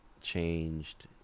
changed